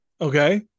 okay